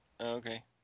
Okay